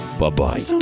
Bye-bye